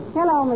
Hello